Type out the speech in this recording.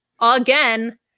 again